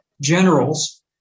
generals